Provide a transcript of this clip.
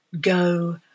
go